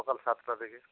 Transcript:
সকাল সাতটা থেকে